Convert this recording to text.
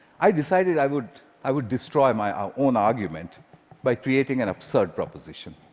i decided i would i would destroy my ah own argument by creating an absurd proposition.